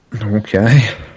Okay